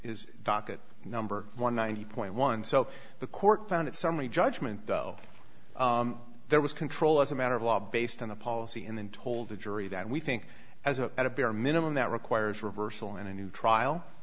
his docket number one hundred and ninety point one so the court found it summary judgment though there was control as a matter of law based on the policy and then told the jury that we think as a at a bare minimum that requires reversal and a new trial